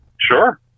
Sure